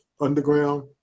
underground